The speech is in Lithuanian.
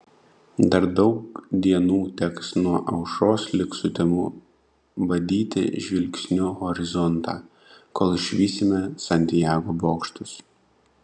dar daug dienų teks nuo aušros lig sutemų badyti žvilgsniu horizontą kol išvysime santjago bokštus